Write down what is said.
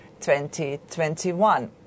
2021